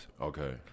Okay